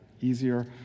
easier